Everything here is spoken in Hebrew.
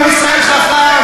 עם ישראל חכם,